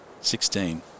Sixteen